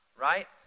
right